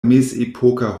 mezepoka